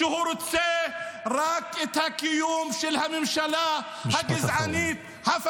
והוא רוצה רק את הקיום של הממשלה הגזענית -- משפט אחרון.